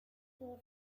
por